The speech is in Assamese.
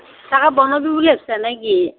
চাহ বনাবি বুলি আছে নেকি